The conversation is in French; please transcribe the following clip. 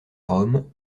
rome